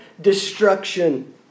destruction